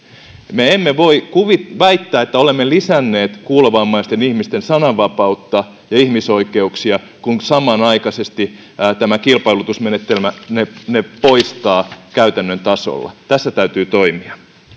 me emme voi väittää että olemme lisänneet kuulovammaisten ihmisten sananvapautta ja ihmisoikeuksia kun samanaikaisesti tämä kilpailutusmenetelmä ne ne poistaa käytännön tasolla tässä täytyy toimia